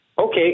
Okay